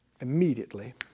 immediately